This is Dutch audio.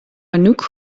anouk